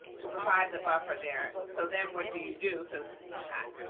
to provide the buffer there. so then what do you do? so